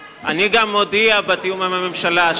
בתיאום עם הממשלה,